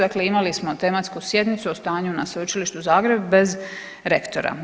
Dakle, imali smo tematsku sjednicu o stanju na Sveučilištu u Zagrebu bez rektora.